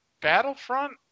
Battlefront